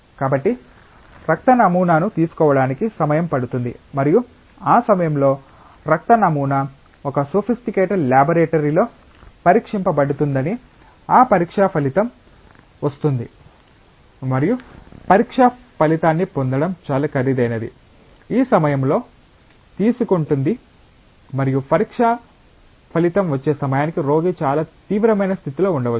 కాబట్టి రక్త నమూనాను తీసుకోవడానికి సమయం పడుతుంది మరియు ఆ సమయంలో రక్త నమూనా ఒక సోఫిస్టికేటెడ్ లాబరేటరీ లో పరీక్షించబడుతుందని ఆ పరీక్ష ఫలితం వస్తుంది మరియు పరీక్ష ఫలితాన్ని పొందడం చాలా ఖరీదైనది ఈ సమయంలో తీసుకుంటుంది మరియు పరీక్ష ఫలితం వచ్చే సమయానికి రోగి చాలా తీవ్రమైన స్థితిలో ఉండవచ్చు